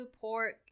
pork